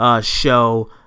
Show